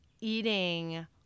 eating